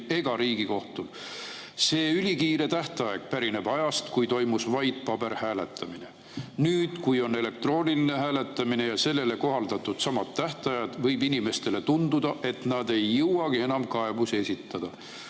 ka riigikohtul. See ülikiire tähtaeg pärineb ajast, kui toimus vaid paberhääletamine. Nüüd, kui on ka elektrooniline hääletamine ja sellele on kohaldatud samad tähtajad, võib inimestele tunduda, et nad ei jõuagi enam kaebusi esitada.